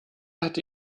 hatte